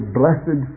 blessed